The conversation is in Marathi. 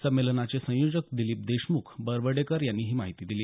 संमेलनाचे संयोजक दिलीप देशमुख बरबडेकर यांनी ही माहिती दिली